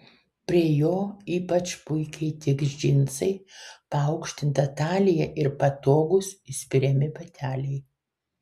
prie jo ypač puikiai tiks džinsai paaukštinta talija ir patogūs įspiriami bateliai